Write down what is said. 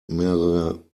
mehrere